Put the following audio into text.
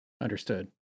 Understood